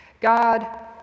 God